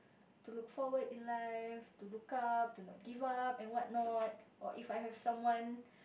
to forward in life to look up do not give up and what not or if I have someone